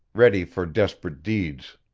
ready for desperate deeds.